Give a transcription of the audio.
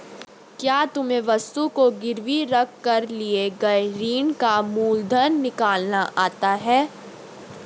क्या तुम्हें वस्तु को गिरवी रख कर लिए गए ऋण का मूलधन निकालना आता है?